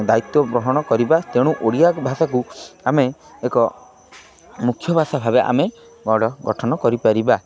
ଦାୟିତ୍ୱ ଗ୍ରହଣ କରିବା ତେଣୁ ଓଡ଼ିଆ ଭାଷାକୁ ଆମେ ଏକ ମୁଖ୍ୟ ଭାଷା ଭାବେ ଆମେ ଗଡ଼ ଗଠନ କରିପାରିବା